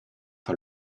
par